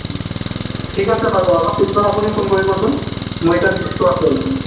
ঠিক আছে বাৰু অলপ পিছত আপুনি ফোন কৰিবচোন মই এতিয়া ব্যস্ত আছোঁ অলপ